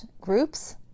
groups